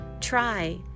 try